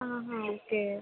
okay